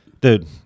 dude –